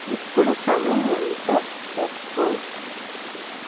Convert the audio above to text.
ఇప్పుడు సమయం ఎంతో చెప్పు